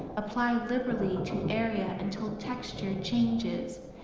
apply liberally to area until texture changes.